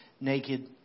naked